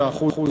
אלא אחוז